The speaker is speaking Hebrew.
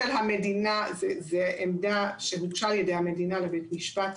זה עמדה שהוגשה על ידי המדינה לבית משפט,